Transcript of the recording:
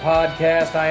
Podcast